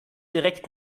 direkt